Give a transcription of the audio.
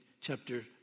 chapter